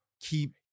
keep